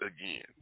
again